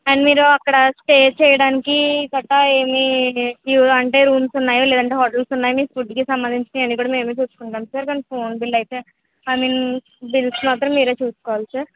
and మీరు అక్కడ stay చేయడానికి గట్టా ఏంటంటే రూమ్స్ ఉన్నాయో లేదంటే హోటల్స్ ఉన్నాయో మీ ఫుడ్కి సంబంధించినవి అన్నీ కూడా మేము చూసుకుంటాం సార్ కానీ ఫోన్ బిల్ అయితే ఐ మీన్ బిల్స్ మాత్రం మీరు చూసుకోవాలి సార్